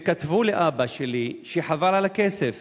הם כתבו לאבא שלי שחבל על הכסף.